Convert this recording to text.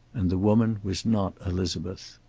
and the woman was not elizabeth.